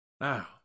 Now